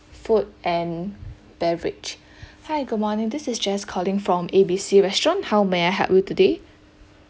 food and beverage hi good morning this is jess calling from A B C restaurant how may I help you today